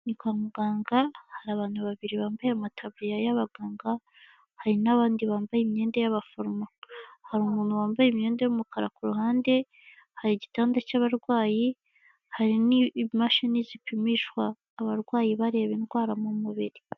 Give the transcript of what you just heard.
Ni kwa muganga hari abantu babiri bambaye amataburiya y'abaganga, hari n'abandi bambaye imyenda y'abaforomo, hari umuntu wambaye imyenda y'umukara ku ruhande, hari igitanda cy'abarwayi, hari n'imashini zipimishwa abarwayi bareba indwara mu mubiri.